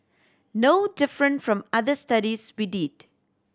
no different from other studies we did